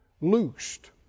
loosed